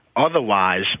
Otherwise